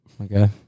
Okay